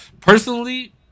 Personally